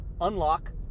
Unlock